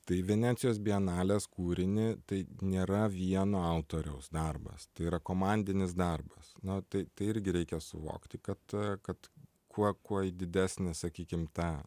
tai venecijos bienalės kūrinį tai nėra vieno autoriaus darbas tai yra komandinis darbas na tai irgi reikia suvokti kad kad kuo kuo į didesnį sakykim tą